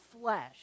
flesh